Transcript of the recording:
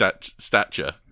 stature